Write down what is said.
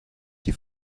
die